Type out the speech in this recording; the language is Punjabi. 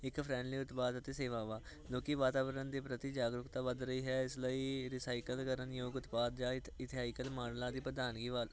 ਇੱਕ ਫਰੈਂਡਲੀ ਉਤਪਾਦ ਅਤੇ ਸੇਵਾਵਾਂ ਕਿਉਂਕਿ ਵਾਤਾਵਰਨ ਦੇ ਪ੍ਰਤੀ ਜਾਗਰੂਕਤਾ ਵੱਧ ਰਹੀ ਹੈ ਇਸ ਲਈ ਰਿਸਾਈਕਲ ਕਰਨਯੋਗ ਉਤਪਾਦ ਜਾਂ ਇਥ ਇਥਾਈਕਰਨ ਮਾਡਲਾਂ ਦੀ ਪ੍ਰਧਾਨਗੀ ਵੱਲ